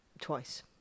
twice